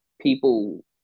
people